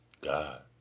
God